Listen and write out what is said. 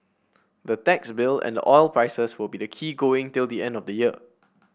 the tax bill and the oil prices will be the key going till the end of the year